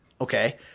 Okay